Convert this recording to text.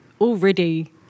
already